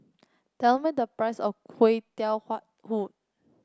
tell me the price of Kui Tiao Hhuat Kuih